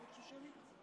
שנייה.